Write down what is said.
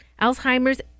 Alzheimer's